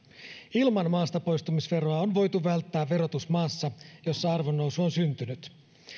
ilman maastapoistumisveroa on voitu välttää verotus maassa jossa arvonnousu on syntynyt